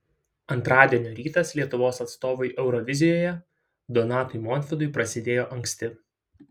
antradienio rytas lietuvos atstovui eurovizijoje donatui montvydui prasidėjo anksti